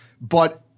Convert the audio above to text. but-